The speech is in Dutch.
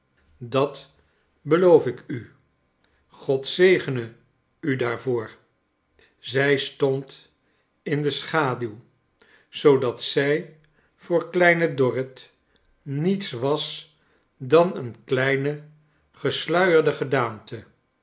dat beloof ik u god zegene u daarvoor zrj stond in de schaduw zoodat zij voor kleine dorrit niets was dan een kleine